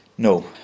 No